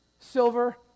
silver